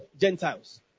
Gentiles